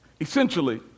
Essentially